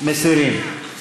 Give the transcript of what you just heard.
מסירים.